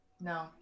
No